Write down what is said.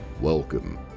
Welcome